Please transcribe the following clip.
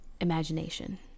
imagination